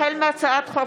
החל מהצעת חוק